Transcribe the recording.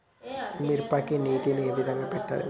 మిరపకి నీటిని ఏ విధంగా పెట్టాలి?